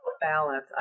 balance